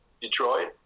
Detroit